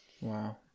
Wow